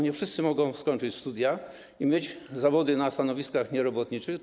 Nie wszyscy mogą skończyć studia i mieć zawody, pracować na stanowiskach nierobotniczych.